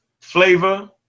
Flavor